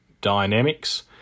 Dynamics